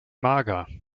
mager